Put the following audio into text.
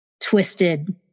twisted